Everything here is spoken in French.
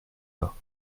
pas